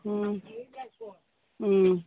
ꯑꯥ ꯎꯝ